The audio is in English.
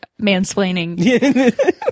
mansplaining